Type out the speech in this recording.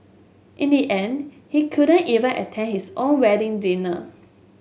in the end he couldn't even attend his own wedding dinner